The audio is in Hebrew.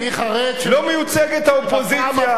לא מיוצגת האופוזיציה.